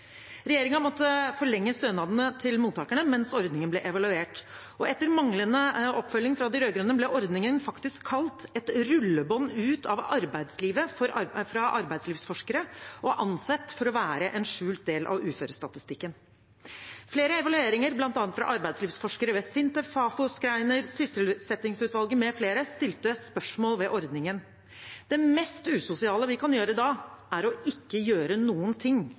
måtte forlenge stønadene til mottakerne mens ordningen ble evaluert, og etter manglende oppfølging fra de rød-grønne ble ordningen faktisk kalt «et rullebånd ut av arbeidslivet» av arbeidslivsforskere og ansett for å være en skjult del av uførestatistikken. Flere evalueringer, fra bl.a. arbeidslivsforskere ved SINTEF, Fafo, Schreiner og sysselsettingsutvalget, stilte spørsmål ved ordningen. Det mest usosiale vi da kan gjøre, er å ikke gjøre noen ting.